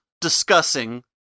discussing